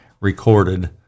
recorded